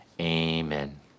amen